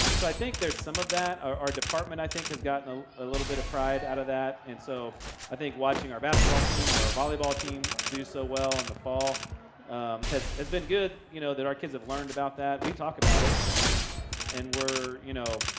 um so i think there's some of that. our our department i think has gotten a ah little bit of pride out of that. and so i think watching our basketball team or our volleyball team do so well in the fall has has been good, you know, that our kids have learned about that. we talk about it. and and we're, you know,